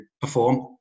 perform